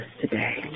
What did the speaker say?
today